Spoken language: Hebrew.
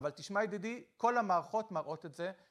אבל תשמע ידידי, כל המערכות מראות את זה.